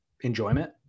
enjoyment